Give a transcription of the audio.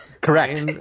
correct